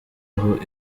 aho